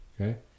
Okay